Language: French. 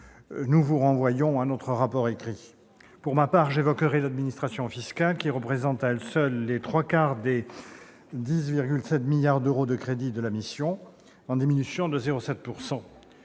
nous vous renvoyons à notre rapport écrit. Pour ma part, j'évoquerai l'administration fiscale, qui représente à elle seule les trois quarts des 10,7 milliards d'euros de crédits de la mission, en diminution de 0,7 %.